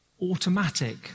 automatic